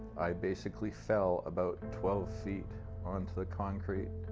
i basically fell about twelve feet onto the concrete,